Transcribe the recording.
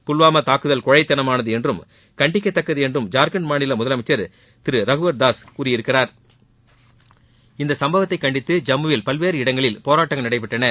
புல்வாமா தாக்குதல் கோழைத்தனமானது என்றும் கண்டிக்கத்தக்கது என்றும் ஜார்கண்ட் மாநில முதலமைச்சர் திரு ரகுபர் தாஸ் கூறியிருக்கிறார் இந்த சம்பவத்தை கண்டித்து ஐம்முவில் பல்வேறு இடங்களில் போராட்டங்கள் நடைபெற்றன